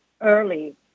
early